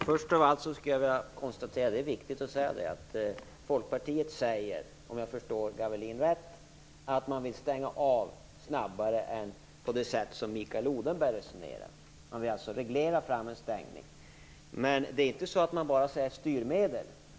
Herr talman! Först av allt vill jag konstatera att Folkpartiet, om jag förstår Gavelin rätt, säger sig vilja stänga av kärnkraften snabbare än vad Mikael Odenberg förordar. Ni vill alltså reglera fram en stängning. Men det är inte så att ni bara talar om styrmedel.